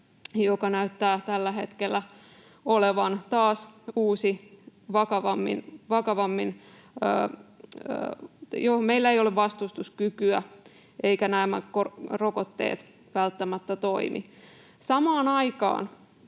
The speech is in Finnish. joka näyttää tällä hetkellä olevan taas uusi vakavampi virusmuunnos, johon meillä ei ole vastustuskykyä, eivätkä nämä rokotteet välttämättä toimi. Samaan aikaan